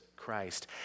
Christ